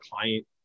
client